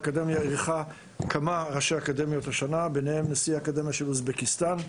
האקדמיה אירחה כמה ראשי אקדמיות ביניהן נשיא האקדמיה של אוזבקיסטאן,